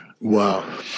Wow